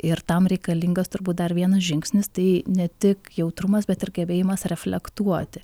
ir tam reikalingas turbūt dar vienas žingsnis tai ne tik jautrumas bet ir gebėjimas reflektuoti